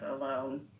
alone